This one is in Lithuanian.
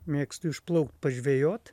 mėgstu išplaukt pažvejot